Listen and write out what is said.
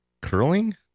curling